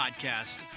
Podcast